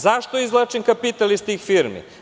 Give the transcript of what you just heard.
Zašto izvlačim kapital iz tih firmi?